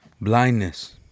blindness